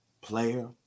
player